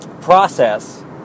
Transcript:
process